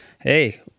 Hey